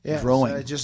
growing